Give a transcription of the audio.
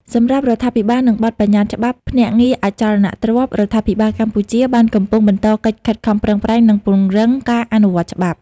សម្រាប់រដ្ឋាភិបាល និងបទប្បញ្ញត្តិច្បាប់ភ្នាក់ងារអចលនទ្រព្យ រដ្ឋាភិបាលកម្ពុជាបានកំពុងបន្តកិច្ចខិតខំប្រឹងប្រែងនិងពង្រឹងការអនុវត្តច្បាប់។